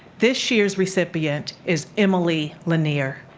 this year's recipient is emily lanier.